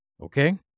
Okay